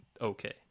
okay